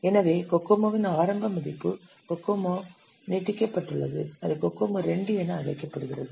எனவே கோகோமோவின் ஆரம்ப பதிப்பு கோகோமோ நீட்டிக்கப்பட்டுள்ளது அது கோகோமோ II என அழைக்கப்படுகிறது